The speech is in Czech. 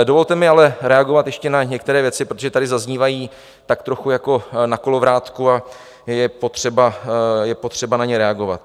Dovolte mi ale reagovat ještě na některé věci, protože tady zaznívají tak trochu jako na kolovrátku a je potřeba na ně reagovat.